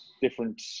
different